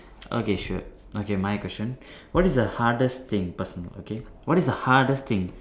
okay sure okay my question what is the hardest thing personal okay what is the hardest thing